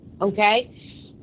Okay